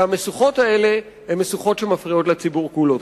כי המשוכות האלה הן משוכות שמפריעות לציבור כולו.